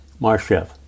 Marshev